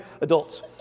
adults